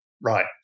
Right